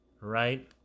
right